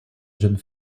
jeune